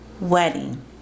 wedding